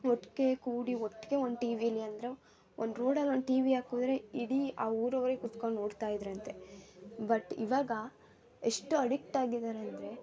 ಒಟ್ಟಿಗೆ ಕೂಡಿ ಒಟ್ಟಿಗೆ ಒಂದು ಟಿವಿಲಿ ಅಂದರೆ ಒಂದು ರೋಡಲ್ಲಿ ಒಂದು ಟಿವಿ ಹಾಕಿದ್ರೆ ಇಡೀ ಆ ಊರವರೇ ಕೂತ್ಕೊಂಡು ನೋಡ್ತಾ ಇದ್ದರಂತೆ ಬಟ್ ಇವಾಗ ಎಷ್ಟು ಅಡಿಕ್ಟಾಗಿದ್ದಾರೆ ಅಂದರೆ